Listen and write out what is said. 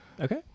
Okay